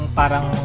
parang